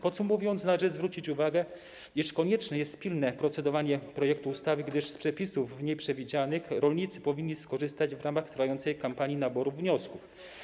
Podsumowując, należy zwrócić uwagę, iż konieczne jest pilne procedowanie nad projektem ustawy, gdyż z przepisów w niej przewidzianych rolnicy powinni skorzystać w ramach trwającej kampanii naboru wniosków.